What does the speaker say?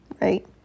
right